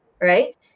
right